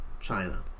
China